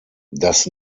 das